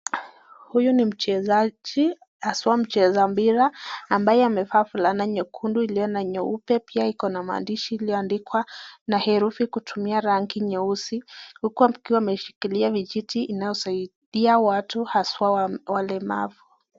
Huyu ni mchezaji haswa mcheza mpira ambaye amevaa fulana nyekundu iliyo na nyeupe pia iko na maandishi iliyoandikwa na herufi kutumia rangi nyeusi huku akiwa amejishikilia vijiti inazotia watu aswaa walemavu.